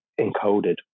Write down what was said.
encoded